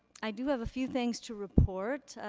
i do have a few things to report.